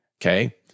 okay